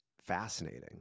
fascinating